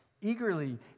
Eagerly